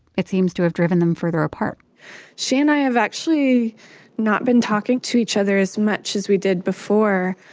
it seems to have driven them further apart she and i have actually not been talking to each other as much as we did before.